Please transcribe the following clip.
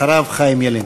אחריו, חיים ילין.